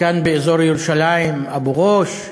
כאן באזור ירושלים: אבו-גוש,